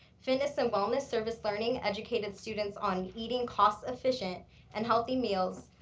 fitness and wellness service learning educated students on eating cost efficient and healthy meals,